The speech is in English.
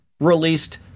Released